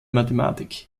mathematik